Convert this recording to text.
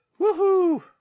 woohoo